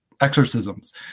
exorcisms